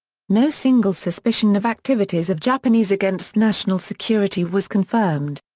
no single suspicion of activities of japanese against national security was confirmed.